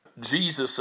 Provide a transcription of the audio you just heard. Jesus